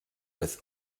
with